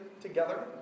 together